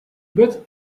bet